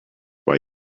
why